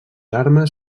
armes